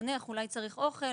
אולי צריך חונך, אולי צריך אוכל.